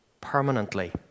permanently